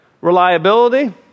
reliability